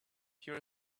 pure